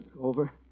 over